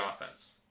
offense